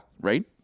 Right